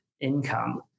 income